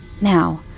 Now